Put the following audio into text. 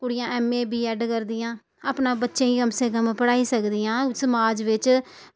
कुड़ियां M A B Ed करदियां अपना बच्चें गी कम से कम पढ़ाई सकदियां समाज बिच्च